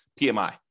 PMI